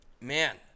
Man